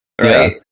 Right